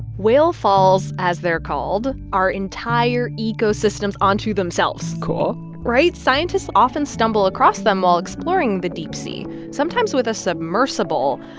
whale falls, as they're called, are entire ecosystems onto themselves cool right? scientists often stumble across them while exploring the deep sea, sometimes with a submersible,